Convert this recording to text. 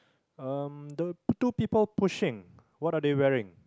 um the two people pushing what are they wearing